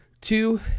Two